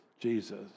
Jesus